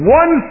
one